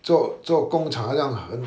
做做工厂好像很